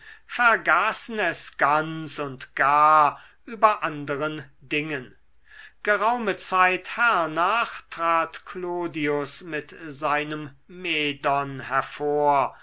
vergaßen es ganz und gar über anderen dingen geraume zeit hernach trat clodius mit seinem medon hervor